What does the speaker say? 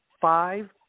five